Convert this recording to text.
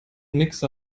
mixer